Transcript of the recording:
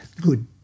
good